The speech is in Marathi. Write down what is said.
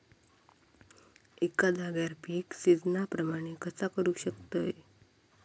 एका जाग्यार पीक सिजना प्रमाणे कसा करुक शकतय?